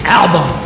album